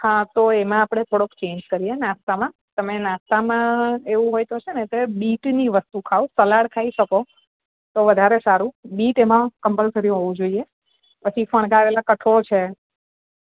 હા તો એમાં આપણે થોડોક ચેંજ કરીએ નાસ્તામાં તમે નાસ્તામાં એવું હોય તો છેને બીટની વસ્તુ ખાઓ સલાડ ખાઈ શકો તો વધારે સારું બીટ એમાં કંપલસરી હોવું જોઈએ પછી ફણગાવેલા કઠોળ છે